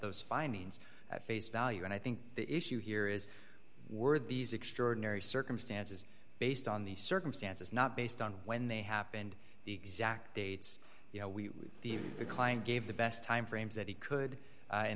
those findings at face value and i think the issue here is were these extraordinary circumstances based on the circumstances not based on when they happened the exact dates you know we the client gave the best timeframes that he could